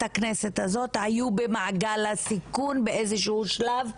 הכנסת הזו היו במעגל הסיכון באיזה שהוא שלב,